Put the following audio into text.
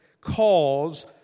cause